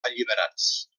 alliberats